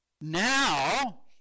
Now